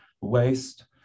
waste